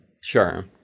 Sure